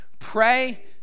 Pray